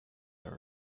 are